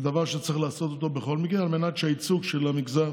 זה דבר שצריך לעשות אותו בכל מקרה על מנת שהייצוג של המגזר